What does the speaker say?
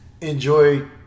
Enjoy